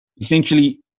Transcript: essentially